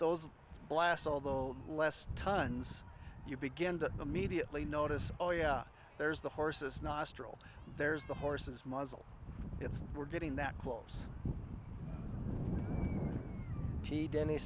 those blasts although less tons you begin to immediately notice oh yeah there's the horses nostrils there's the horses muzzle it's we're getting that close t denn